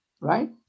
right